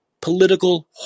political